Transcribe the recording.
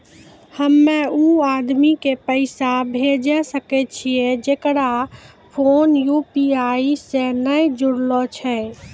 हम्मय उ आदमी के पैसा भेजै सकय छियै जेकरो फोन यु.पी.आई से नैय जूरलो छै?